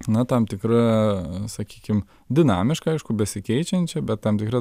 na tam tikra sakykim dinamiška aišku besikeičiančia bet tam tikra